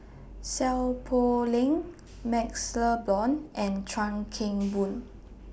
Seow Poh Leng MaxLe Blond and Chuan Keng Boon